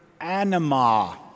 anima